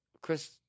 Chris